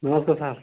नमस्ते सर